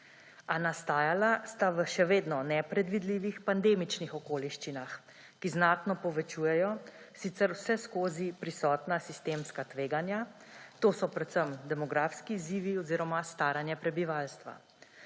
A nastajala sta v še vedno nepredvidljivih pandemičnih okoliščinah, ki znatno povečujejo sicer vseskozi prisotna sistemska tveganja. To so predvsem demografski izzivi oziroma staranje prebivalstva.